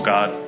God